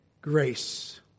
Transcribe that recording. grace